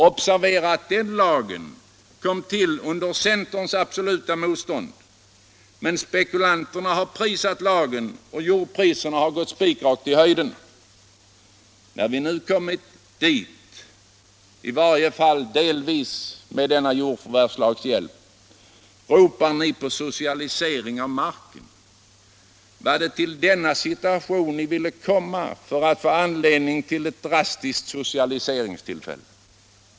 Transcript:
Observera att den lagen kom till under centerns absoluta motstånd. Men spekulanterna har prisat lagen och jordpriserna har gått spikrakt i höjden. När ni nu kommit dit, i varje fall delvis med jordförvärvslagens hjälp, ropar ni på socialisering av marken. Var det till denna situation ni ville komma för att få anledning till ett drastiskt socialiseringstillfälle?